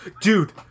dude